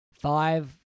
five